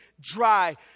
dry